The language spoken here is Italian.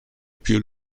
più